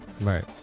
Right